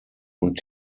und